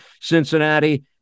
Cincinnati